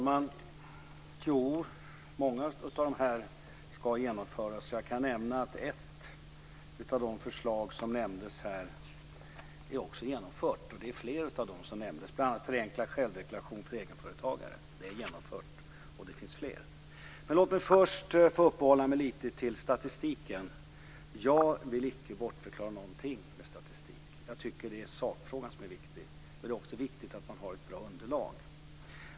Fru talman! Många av dessa punkter ska genomföras. Jag kan nämna att flera av de förslag som nämndes är genomfört. Det gäller bl.a. förenklad självdeklaration för egenföretagare. Det förslaget är genomfört. Det finns också fler. Låt mig först uppehålla mig vid statistiken. Jag vill inte bortförklara någonting med statistik. Det är sakfrågan som är viktig. Men det är också viktigt att ha ett bra underlag.